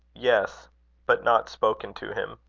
yes but not spoken to him.